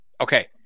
Okay